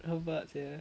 rabak sia